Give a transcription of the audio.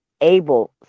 able